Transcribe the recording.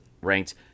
ranked